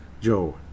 Joe